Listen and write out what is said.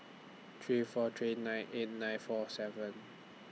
three four three nine eight nine four seven